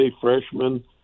freshman